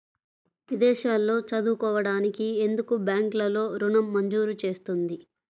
విదేశాల్లో చదువుకోవడానికి ఎందుకు బ్యాంక్లలో ఋణం మంజూరు చేస్తుంది?